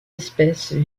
espèces